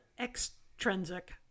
extrinsic